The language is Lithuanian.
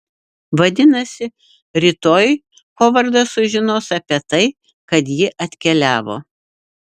vadinasi rytoj hovardas sužinos apie tai kad ji atkeliavo